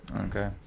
okay